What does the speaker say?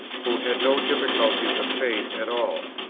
who had no difficulties of faith at all.